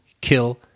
kill